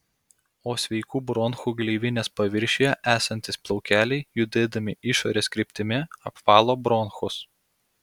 o sveikų bronchų gleivinės paviršiuje esantys plaukeliai judėdami išorės kryptimi apvalo bronchus